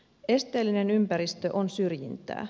esteellinen ympäristö on syrjintää